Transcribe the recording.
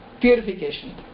purification